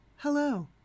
Hello